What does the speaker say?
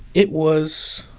it was